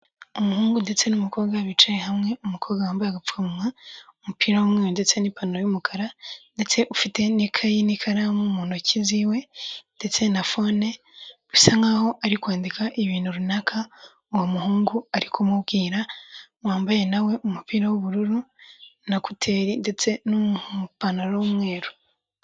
Umuhungu ndetse n'umukobwa bicaye hamwe umukobwa wambaye gupfukamunwa, umupira w'umweru ndetse n'ipantaro y'umukara ndetse ufite n'ikayi n'ikaramu mu ntoki ziwe ndetse na fone bisa nk'aho ari kwandika ibintu runaka uwo muhungu ari kumubwira wambaye nawe umupira w'ubururu na ekuteri ndetse n'ipantaro y'umweru.